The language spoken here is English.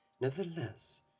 nevertheless